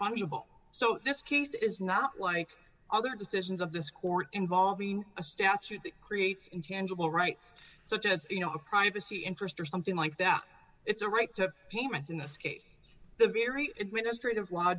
fungible so this case is not like other decisions of this court involving a statute that creates intangible rights such as you know a privacy interest or something like that it's a right to payment in this case the very administrative law